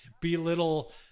belittle